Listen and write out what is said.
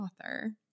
author